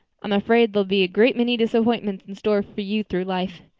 i'm afraid there'll be a great many disappointments in store for you through life.